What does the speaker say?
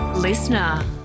listener